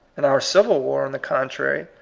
in our civil war, on the contrary,